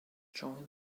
joined